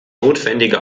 notwendige